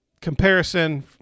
comparison